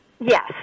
Yes